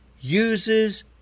uses